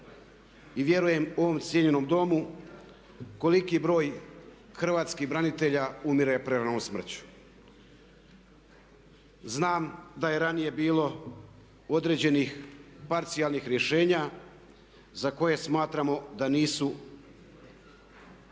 i vjerujem ovom cijenjenom Domu koliki broj hrvatskih branitelja umire preranom smrću. Znam da je ranije bilo određenih parcijalnih rješenja za koje smatramo da nisu